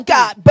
God